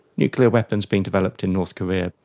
nuclear weapons being developed in north korea,